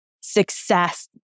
success